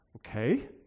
Okay